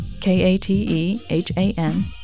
K-A-T-E-H-A-N